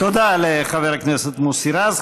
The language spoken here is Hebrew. תודה לחבר הכנסת מוסי רז.